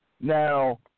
Now